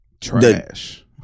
Trash